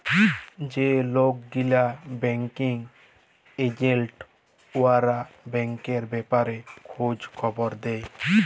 যে লক গিলা ব্যাংকিং এজেল্ট উয়ারা ব্যাংকের ব্যাপারে খঁজ খবর দেই